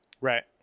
Right